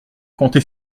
comptez